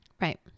Right